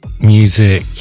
music